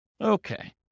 Okay